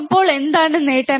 അപ്പോൾ എന്താണ് നേട്ടം